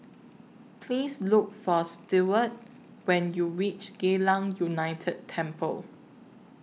Please Look For Steward when YOU REACH Geylang United Temple